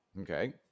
Okay